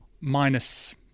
minus